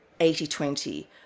80-20